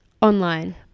online